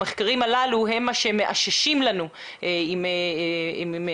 המחקרים הללו הם מה שמאששים לנו עם מידע